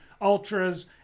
ultras